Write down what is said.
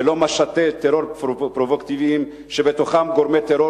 ולא משטי טרור פרובוקטיביים שבתוכם גורמי טרור